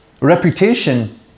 reputation